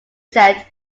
said